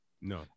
no